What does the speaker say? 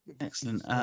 Excellent